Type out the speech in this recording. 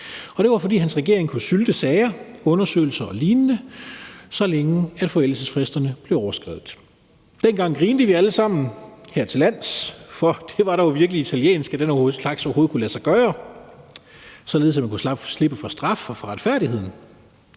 Og det var, fordi hans regering kunne sylte sager, undersøgelser og lignende, så længe forældelsesfristerne blev overskredet. Dengang grinte vi alle sammen hertillands, for det var dog virkelig italiensk, at den slags overhovedet kunne lade sig gøre, således at man kunne slippe for straf og for retfærdigheden.